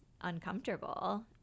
uncomfortable